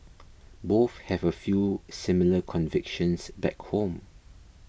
both have a few similar convictions back home